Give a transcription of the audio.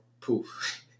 Poof